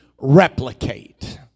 replicate